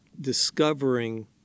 discovering